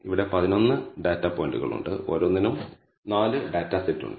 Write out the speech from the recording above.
ഇവിടെ 11 ഡാറ്റാ പോയിന്റുകൾ ഉണ്ട് ഓരോന്നിനും 4 ഡാറ്റാ സെറ്റ് ഉണ്ട്